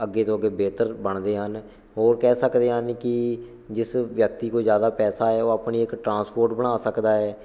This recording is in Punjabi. ਅੱਗੇ ਤੋਂ ਅੱਗੇ ਬਿਹਤਰ ਬਣਦੇ ਹਨ ਹੋਰ ਕਹਿ ਸਕਦੇ ਹਨ ਕਿ ਜਿਸ ਵਿਅਕਤੀ ਕੋਲ ਜ਼ਿਆਦਾ ਪੈਸਾ ਹੈ ਉਹ ਆਪਣੀ ਇੱਕ ਟਰਾਂਸਪੋਰਟ ਬਣਾ ਸਕਦਾ ਏ